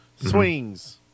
Swings